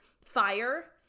fire